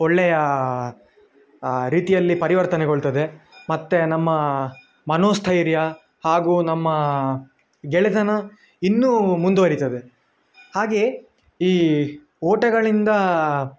ಒಳ್ಳೆಯ ರೀತಿಯಲ್ಲಿ ಪರಿವರ್ತನೆಗೊಳ್ತದೆ ಮತ್ತು ನಮ್ಮ ಮನೋಸ್ಥೈರ್ಯ ಹಾಗೂ ನಮ್ಮ ಗೆಳೆತನ ಇನ್ನೂ ಮುಂದುವರಿತದೆ ಹಾಗೆಯೇ ಈ ಓಟಗಳಿಂದ